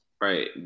Right